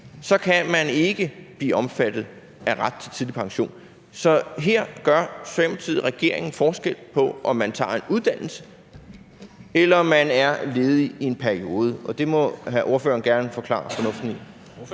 så kan man ikke blive omfattet af retten til tidlig pension. Så her gør Socialdemokratiet, regeringen, forskel på, om man tager en uddannelse, eller om man er ledig i en periode. Det må ordføreren gerne forklare fornuften i.